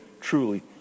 truly